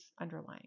underlying